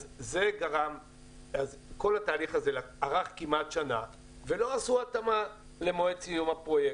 אז כל התהליך הזה ארך כמעט שנה ולא עשו התאמה למועד סיום הפרויקט,